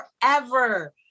forever